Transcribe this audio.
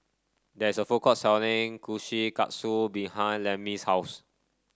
there is a food court selling Kushikatsu behind Lemmie's house